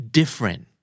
different